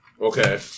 Okay